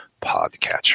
podcatcher